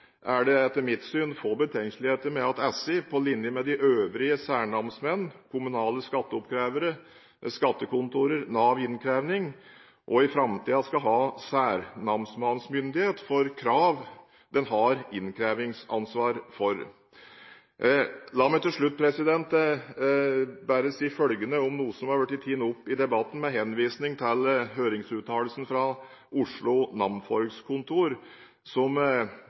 er det etter mitt syn få betenkeligheter med at SI, på linje med de øvrige særnamsmenn, kommunale skatteoppkrevere, skattekontorer og Nav innkrevingssentral, også i framtiden skal ha særnamsmannsmyndighet for krav den har innkrevingsansvar for. La meg til slutt bare si følgende om noe som har blitt tatt opp i debatten, med henvisning til høringsuttalelsen fra Oslo namsfogdkontor, der en tar opp hvorvidt det fortsatt er Stortinget som